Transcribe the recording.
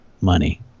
money